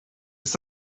ist